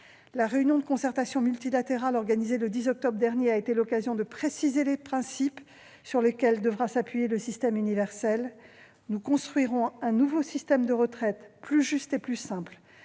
La réunion de concertation multilatérale organisée le 10 octobre dernier a été l'occasion de préciser les principes sur lesquels devra s'appuyer le système universel. Nous construirons un nouveau système de retraite plus juste et plus simple,